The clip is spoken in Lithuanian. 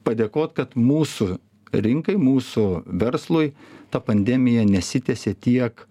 padėkot kad mūsų rinkai mūsų verslui ta pandemija nesitęsė tiek